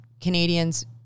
Canadians